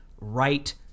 right